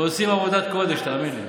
עושים עבודת קודש, תאמין לי.